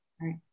right